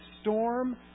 storm